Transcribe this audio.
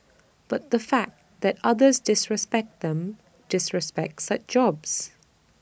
but the fact that others disrespect them disrespect such jobs